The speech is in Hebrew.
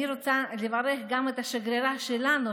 אני רוצה גם לברך את השגרירה שלנו,